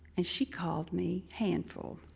and she called me handful.